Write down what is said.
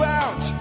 out